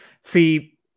See